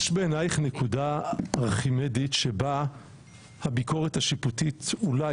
יש בעינייך נקודה ארכימדית שבה הביקורת השיפוטית אולי